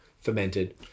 fermented